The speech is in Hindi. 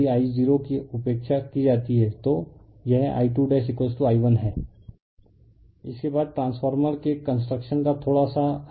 रिफर स्लाइड टाइम 1716 इसके बाद ट्रांसफॉर्मर के कंस्ट्रक्शन का थोड़ा सा है